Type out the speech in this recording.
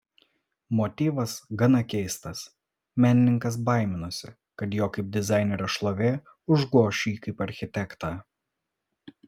motyvas gana keistas menininkas baiminosi kad jo kaip dizainerio šlovė užgoš jį kaip architektą